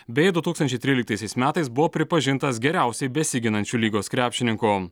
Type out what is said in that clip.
bei du tūkstančiai tryliktaisais metais buvo pripažintas geriausiai besiginančiu lygos krepšininku